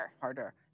Harder